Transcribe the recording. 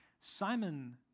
Simon